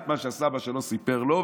את מה שהסבא שלו סיפר לו,